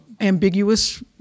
ambiguous